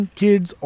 kids